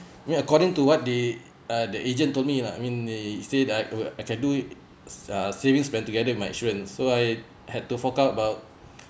you mean according to what they uh the agent told me lah I mean they said I I can do uh savings plan together with my insurance so I had to fork out about